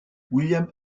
william